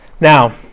Now